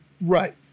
Right